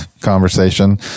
conversation